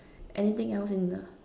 anything else in the